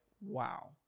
wow